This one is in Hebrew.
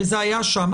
וזה היה שם,